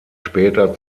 später